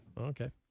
Okay